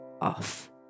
off